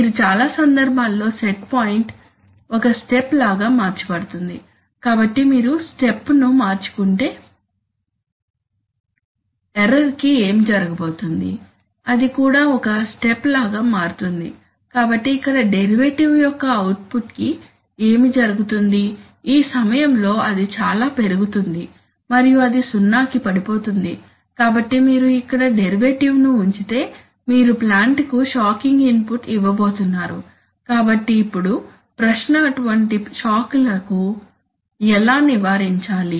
మీరు చాలా సందర్భాల్లో సెట్ పాయింట్ ఒక స్టెప్ లాగా మార్చబడుతుంది కాబట్టి మీరు స్టెప్ ను మార్చుకుంటే ఎర్రర్ కి ఏమి జరగబోతోంది అది కూడా ఒక స్టెప్ లాగా మారుతుంది కాబట్టి ఇక్కడ డెరివేటివ్ యొక్క అవుట్ఫుట్ కి ఏమి జరుగుతుంది ఈ సమయంలో అది చాలా పెరుగుతుంది మరియు అది సున్నాకి పడిపోతుంది కాబట్టి మీరు ఇక్కడ డెరివేటివ్ ను ఉంచితే మీరు ప్లాంట్ కు షాకింగ్ ఇన్పుట్ ఇవ్వబోతున్నారు కాబట్టి ఇప్పుడు ప్రశ్న అటువంటి షాక్లను ఎలా నివారించాలి